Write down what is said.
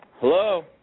Hello